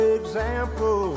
example